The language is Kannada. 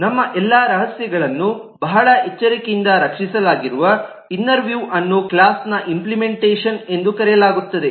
ನಮ್ಮ ಎಲ್ಲಾ ರಹಸ್ಯಗಳನ್ನು ಬಹಳ ಎಚ್ಚರಿಕೆಯಿಂದ ರಕ್ಷಿಸಲಾಗಿರುವ ಇನ್ನರ್ ವ್ಯೂಅನ್ನು ಕ್ಲಾಸ್ನ ಇಂಪ್ಲಿಮೆಂಟೇಷನ್ ಎಂದು ಕರೆಯಲಾಗುತ್ತದೆ